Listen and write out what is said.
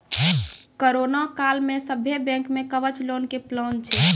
corona काल मे सभ्भे बैंक मे कवच लोन के प्लान छै